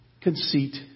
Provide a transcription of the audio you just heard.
Conceit